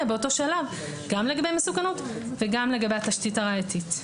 באותו שלב גם לגבי מסוכנות וגם לגבי התשתית הראייתית,